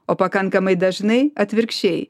o pakankamai dažnai atvirkščiai